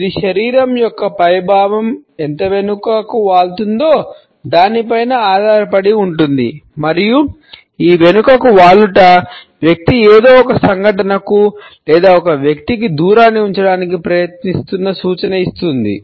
ఇది శరీరం యొక్క పై భాగం ఎంత వెనుకకు వాలుతుందో దానిపై ఆధారపడి ఉంటుంది మరియు ఈ వెనుకకు వాలుట వ్యక్తి ఏదో ఒక సంఘటనకు లేదా ఒక వ్యక్తికి దూరాన్ని ఉంచడానికి ప్రయత్నిస్తున్న సూచన ఇస్తుంది